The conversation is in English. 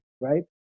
right